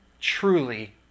truly